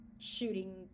Shooting